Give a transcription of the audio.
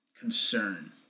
concern